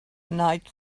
night